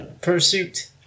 Pursuit